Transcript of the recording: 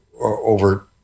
over